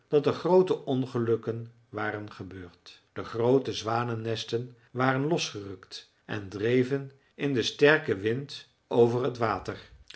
dat er groote ongelukken waren gebeurd de groote zwanennesten waren losgerukt en dreven in den sterken wind over t water